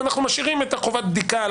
ואנחנו משאירים את החובה הזאת.